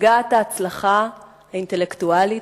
בפסגת ההצלחה האינטלקטואלית,